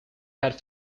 had